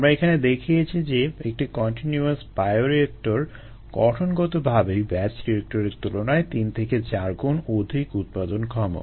আমরা এখানে দেখিয়েছি যে একটি কন্টিনিউয়াস বায়োরিয়েক্টর গঠনগতভাবেই ব্যাচ রিয়েক্টরের তুলনায় তিন থেকে চার গুণ অধিক উৎপাদনক্ষম